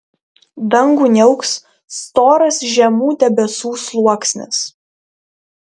dangų niauks storas žemų debesų sluoksnis